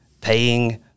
paying